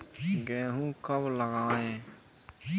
गेहूँ कब लगाएँ?